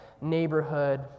neighborhood